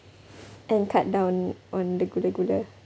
and cut down on the gula-gula